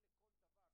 היום 20 בנובמבר 2018,